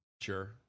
Sure